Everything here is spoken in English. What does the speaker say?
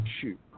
shoot